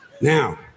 Now